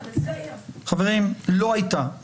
חברים, לא הייתה.